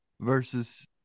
versus